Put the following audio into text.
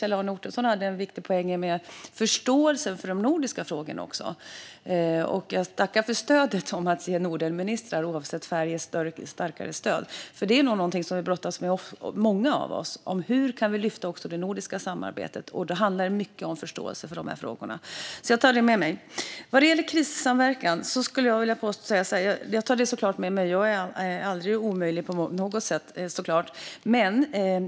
Kjell-Arne Ottosson hade en viktig poäng om förståelsen för de nordiska frågorna. Jag tackar honom för att han vill ge Nordenministrar, oavsett färg, starkare stöd. Frågan om hur vi kan lyfta fram det nordiska samarbetet är nog något som många av oss brottas med. Det handlar mycket om förståelsen för dessa frågor. Jag tar med mig det. Även frågan om krissamverkan tar jag med mig; jag är självklart inte på något sätt omöjlig.